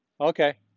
Okay